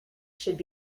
should